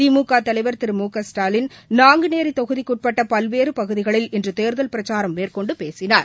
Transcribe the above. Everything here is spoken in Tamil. திமுக தலைவர் திரு மு க ஸ்டாலின் நாங்குநேரி தொகுதிக்குட்பட்ட பல்வேறு பகுதிகளில் இன்று தேர்தல் பிரச்சாரம் மேற்கொண்டு பேசினார்